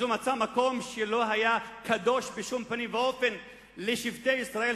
אז הוא מצא מקום שלא היה קדוש בשום פנים ואופן לשבטי ישראל,